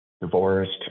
divorced